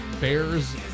Bears